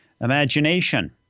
Imagination